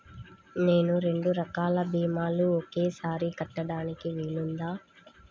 నేను రెండు రకాల భీమాలు ఒకేసారి కట్టడానికి వీలుందా?